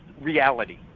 reality